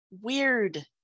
weird